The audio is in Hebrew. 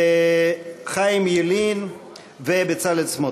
חיים ילין ובצלאל סמוטריץ.